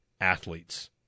athletes